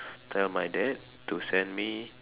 tell my dad to send me